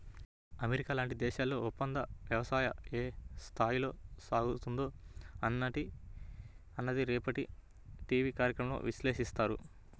America లాంటి దేశాల్లో ఒప్పందవ్యవసాయం ఏ స్థాయిలో సాగుతుందో అన్నది రేపటి టీవీ కార్యక్రమంలో విశ్లేషిస్తారు